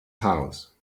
house